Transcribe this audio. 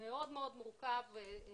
מאוד מורכב גם